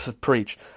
Preach